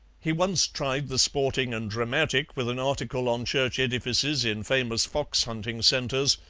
he once tried the sporting and dramatic with an article on church edifices in famous fox-hunting centres,